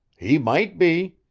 he might be.